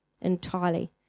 entirely